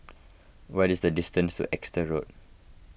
what is the distance to Exeter Road